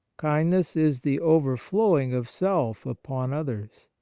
kindness is the overflowing of self upon others.